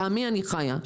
בעמי אני חיה.